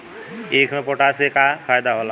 ईख मे पोटास के का फायदा होला?